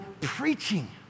preaching